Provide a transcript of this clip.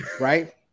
right